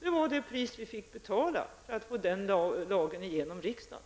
Det var det priset vi fick betala för att få den lagen genom riksdagen.